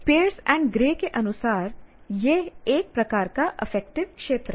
piers and Gray के अनुसार यह एक प्रकार का अफेक्टिव क्षेत्र है